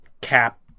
cap